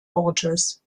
ortes